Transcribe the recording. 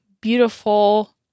beautiful